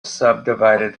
subdivided